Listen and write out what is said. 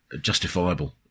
justifiable